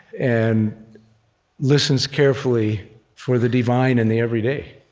and listens carefully for the divine in the everyday,